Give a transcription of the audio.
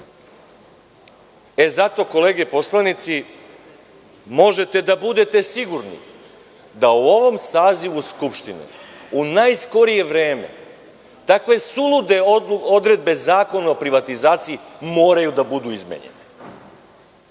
Zato kolege poslanici možete da budete sigurni da u ovom sazivu Skupštine u najskorije vreme takve sulude odredbe Zakona o privatizaciji moraju da budu izmenjene.